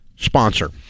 Sponsor